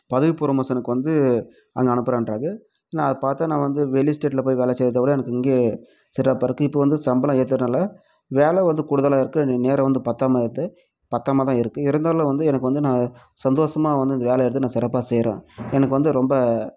பதவி ப்ரொமோஷனுக்கு வந்து அங்கே அனுப்புகிறேன்றாரு நான் அது பார்த்து நான் வந்து வெளி ஸ்டேட்ல போய் வேலை செய்கிறத விட எனக்கு இங்கேயே சிறப்பாயிருக்கு இப்போ வந்து சம்பளம் ஏத்துனதனால வேலை வந்து கூடுதலாக இருக்குது நேரம் வந்து பத்தாமல் இருக்கு பத்தாமதான் இருக்கு இருந்தாலும் வந்து எனக்கு வந்து நான் சந்தோஷமாக வந்து இந்த வேலையை வந்து நான் சிறப்பாக செய்கிறேன் எனக்கு வந்து ரொம்ப